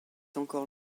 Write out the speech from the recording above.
encore